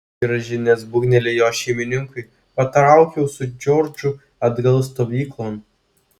grąžinęs būgnelį jo šeimininkui patraukiau su džordžu atgal stovyklon